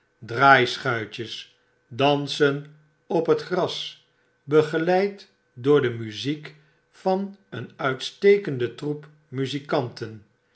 draaischuitjes dansen op het gras begeleid door de nuziek van een uitstekenden troep muzikanten